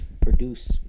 Produce